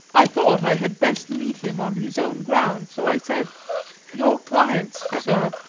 i thought i had best meet him on his own ground, so i said your clients, sir,